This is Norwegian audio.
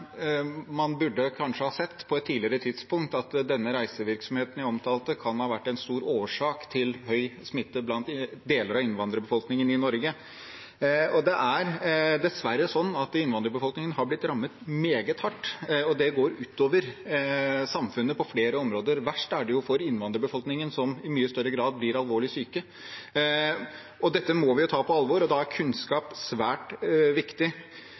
man kanskje burde ha sett på et tidligere tidspunkt at denne reisevirksomheten jeg omtalte, kan ha vært en stor årsak til høy smitte blant deler av innvandrerbefolkningen i Norge. Det er dessverre sånn at innvandrerbefolkningen har blitt rammet meget hardt, og det går utover samfunnet på flere områder. Verst er det for innvandrerbefolkningen, som i mye større grad blir alvorlig syke. Dette må vi ta på alvor, og da er kunnskap svært viktig.